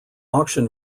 auction